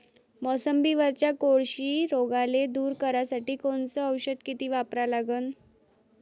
मोसंबीवरच्या कोळशी रोगाले दूर करासाठी कोनचं औषध किती वापरा लागन?